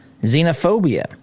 xenophobia